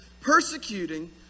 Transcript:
persecuting